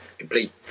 complete